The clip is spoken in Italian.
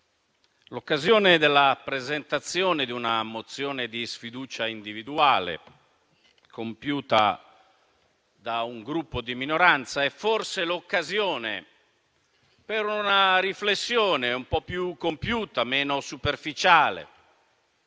l'occasione della presentazione di una mozione di sfiducia individuale compiuta da un Gruppo di minoranza è forse l'occasione per una riflessione più compiuta, meno superficiale,